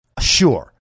sure